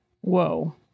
Whoa